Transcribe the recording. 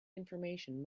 information